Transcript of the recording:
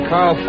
Carl